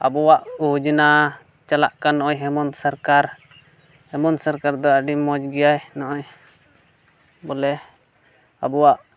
ᱟᱵᱚᱣᱟᱜ ᱡᱳᱡᱽᱱᱟ ᱪᱟᱞᱜ ᱠᱟᱱ ᱱᱚᱜᱼᱚᱭ ᱦᱮᱢᱚᱱᱛᱚ ᱥᱚᱨᱠᱟᱨ ᱦᱮᱢᱚᱱᱛᱚ ᱥᱚᱨᱠᱟᱨ ᱫᱚ ᱟᱹᱰᱤ ᱢᱚᱡᱽ ᱜᱮᱭᱟᱭ ᱱᱚᱜᱼᱚᱭ ᱵᱚᱞᱮ ᱟᱵᱚᱣᱟᱜ